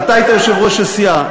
אתה היית יושב-ראש הסיעה.